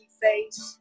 face